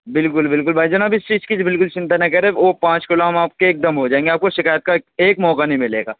بالكل بالکل بھائی جان آپ اِس چیز كی بالكل چِنتا نہ كریں وہ پانچ كیلو آم آپ کے ایک دم ہوجائیں گے آپ كو شکایت کا ایک ایک موقع نہیں ملے گا